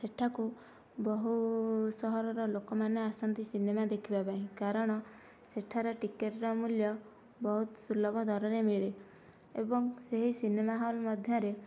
ସେଠାକୁ ବହୁ ସହରର ଲୋକମାନେ ଆସନ୍ତି ସିନେମା ଦେଖିବା ପାଇଁ କାରଣ ସେଠାରେ ଟିକେଟର ମୂଲ୍ୟ ବହୁତ ସୁଲଭ ଦରରେ ମିଳେ ଏବଂ ସେହି ସିନେମା ହଲ ମଧ୍ୟରେ